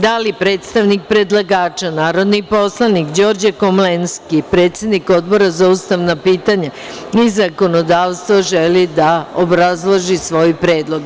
Da li predstavnik predlagača, narodni poslanik Đorđe Komlenski, predsednik Odbora za ustavna pitanja i zakonodavstvo, želi da obrazloži svoj predlog?